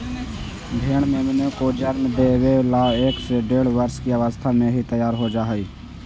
भेंड़ मेमनों को जन्म देवे ला एक से डेढ़ वर्ष की अवस्था में ही तैयार हो जा हई